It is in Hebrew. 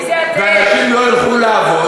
נכון.